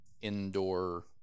indoor